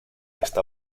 esta